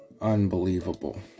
Unbelievable